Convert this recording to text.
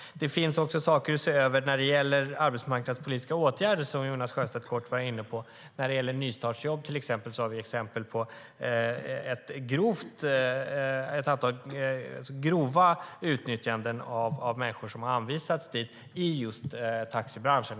Det finns också saker att se över när det gäller arbetsmarknadspolitiska åtgärder, som Jonas Sjöstedt var inne på lite grann. När det gäller nystartsjobb har vi exempel på ett antal fall av grovt utnyttjande av människor som har anvisats dit i just taxibranschen.